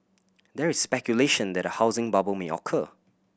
there is speculation that a housing bubble may occur